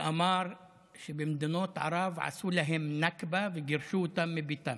שאמר שבמדינות ערב עשו להם נכבה וגירשו אותם מביתם.